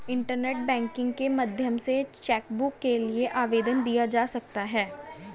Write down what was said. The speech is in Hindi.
इंटरनेट बैंकिंग के माध्यम से चैकबुक के लिए आवेदन दिया जा सकता है